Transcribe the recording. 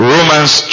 Romans